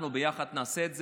אנחנו ביחד נעשה את זה,